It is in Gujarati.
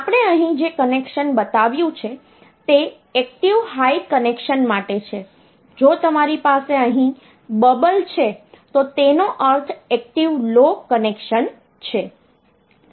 આપણે અહીં જે કનેક્શન બતાવ્યું છે તે એક્ટિવ હાઈ કનેક્શન માટે છે જો તમારી પાસે અહીં બબલ છે તો તેનો અર્થ એક્ટિવ લો કનેક્શન છે